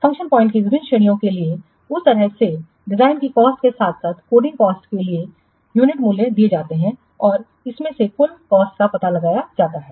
function point की विभिन्न श्रेणियों के लिए उस तरह से डिज़ाइन की कॉस्टके साथ साथ कोडिंग कॉस्टके लिए यूनिट मूल्य दिए जाते हैं और इनमें से कुल कॉस्टका पता लगाया जाता है